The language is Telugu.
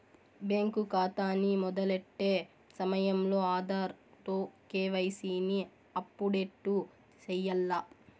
బ్యేంకు కాతాని మొదలెట్టే సమయంలో ఆధార్ తో కేవైసీని అప్పుడేటు సెయ్యాల్ల